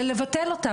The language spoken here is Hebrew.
כדי לבטל אותם?